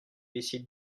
décide